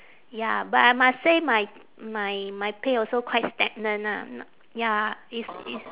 ya but I must say my my my pay also quite stagnant ah n~ ya it's it's